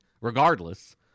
Regardless